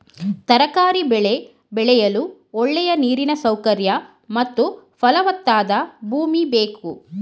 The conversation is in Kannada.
ತರಕಾರಿ ಬೆಳೆ ಬೆಳೆಯಲು ಒಳ್ಳೆಯ ನೀರಿನ ಸೌಕರ್ಯ ಮತ್ತು ಫಲವತ್ತಾದ ಭೂಮಿ ಬೇಕು